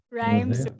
rhymes